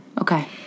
Okay